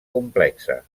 complexa